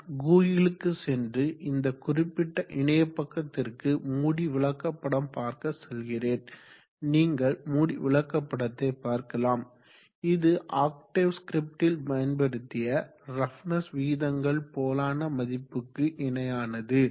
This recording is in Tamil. நான் கூகிளுக்கு சென்று இந்த குறிப்பிட்ட இணையப்பக்கத்திற்கு மூடி விளக்கப்படம் பார்க்க செல்கிறேன் நீங்கள் மூடி விளக்கப்படத்தை பார்க்கலாம் இது ஆக்டேவ் ஸ்கிரிப்ட்ல் பயன்படுத்திய ரஃப்னஸ் விகிதங்கள் போலான மதிப்புக்கு இணையானது